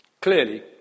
clearly